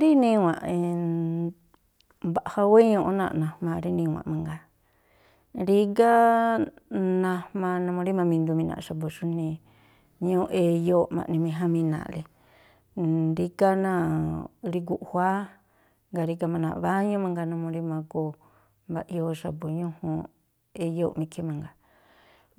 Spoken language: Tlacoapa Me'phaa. Rí niwa̱nꞌ mbaꞌja wéñuuꞌ ú náa̱ꞌ najmaa rí niwa̱nꞌ mangaa, rígá najmaa numuu rí mamindumina̱ꞌ xa̱bu̱ xújnii, ñúúꞌ eyóo̱ꞌ ma̱ꞌniméjámina̱a̱ꞌle. rígá náa̱ꞌ rí guꞌjuáá, jngáa̱ rígá má náa̱ꞌ báñú mangaa numuu rí ma̱goo mba̱ꞌyoo xa̱bu̱ ñújuunꞌeyóo̱ꞌ má ikhí mangaa.